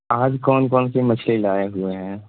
آج کون کون سی مچھلی لائے ہوئے ہیں